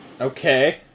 Okay